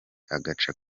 agace